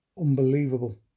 Unbelievable